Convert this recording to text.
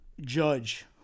judge